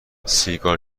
سیگار